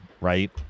right